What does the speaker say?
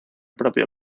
propio